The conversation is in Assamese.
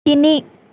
তিনি